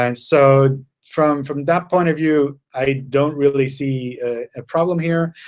and so from from that point of view, i don't really see a problem here.